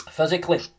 Physically